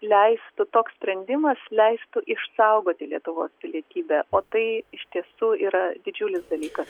leistų toks sprendimas leistų išsaugoti lietuvos pilietybę o tai iš tiesų yra didžiulis dalykas